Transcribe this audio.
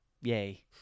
Yay